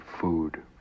food